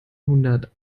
hundert